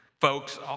Folks